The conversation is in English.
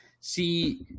see